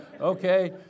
okay